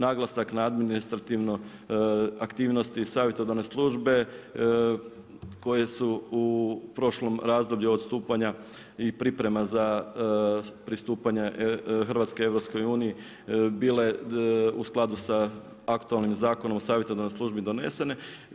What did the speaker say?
Naglasak na administrativno aktivnosti savjetodavne službe koje su u prošlom razdoblju odstupanja i priprema za pristupanja Hrvatske EU bile u skladu sa aktualnim zakonom o savjetodavnoj službi donesene.